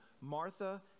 Martha